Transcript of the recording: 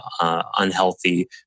unhealthy